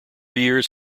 years